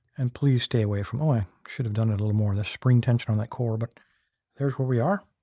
and please, stay away from. oh, i should have done a little more of the spring tension on that core, but there's where we are.